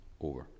over